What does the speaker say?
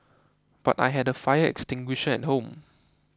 but I had a fire extinguisher at home